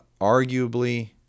Arguably